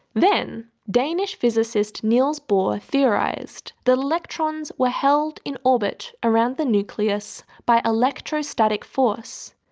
then, danish physicist niels bohr theorised that electrons were held in orbit around the nucleus by electrostatic force,